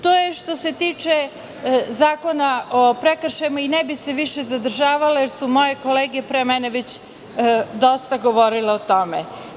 To je, što se tiče zakona o prekršajima i ne bih se više zadržavala, jer su moje kolege pre mene već dosta govorile o tome.